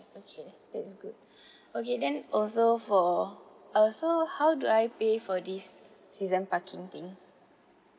okay that's good okay then also for uh so how do I pay for this season parking thing